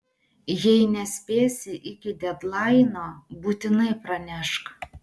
jei nespėsi iki dedlaino būtinai pranešk